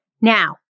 Now